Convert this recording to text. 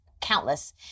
countless